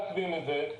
מעכבים את זה,